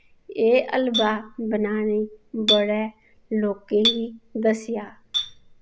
एह् हलवा बनाने बड़े लोकें गी दस्सेआ